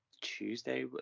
Tuesday